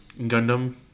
Gundam